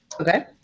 Okay